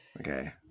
okay